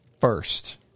first